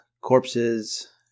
corpses